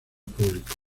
públicos